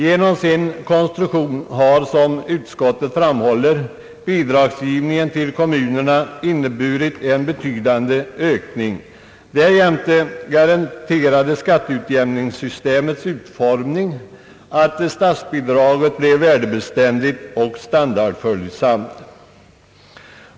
Genom sin konstruktion har — som utskottet framhåller — bidragsgivningen till kommunerna inneburit en betydande ökning. Därjämte garanterade skatteutjämningssystemets utformning att statsbidraget blev värdebeständigt och standardföljsamt.